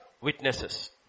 witnesses